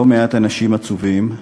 לא מעט אנשים עצובים.